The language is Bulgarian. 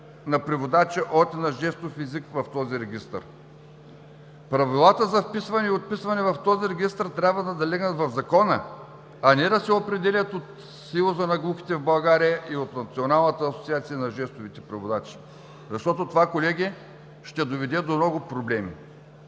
на преводача от и на жестов език в този регистър. Правилата за вписване и отписване в този регистър трябва да залегнат в Закона, а не да се определят от Съюза на глухите в България и от Националната асоциация на жестовите преводачи, защото това, колеги, ще доведе до много проблеми